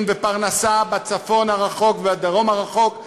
ופרנסה בצפון הרחוק ובדרום הרחוק,